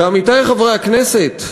ועמיתי חברי הכנסת,